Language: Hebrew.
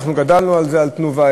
אנחנו גדלנו על "תנובה",